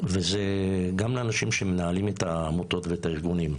גם לאנשים שמנהלים עמותות וארגונים,